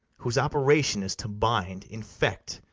whose operation is to bind, infect,